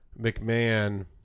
McMahon